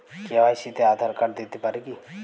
KYC তে Aadhaar card দিতে পারি কি?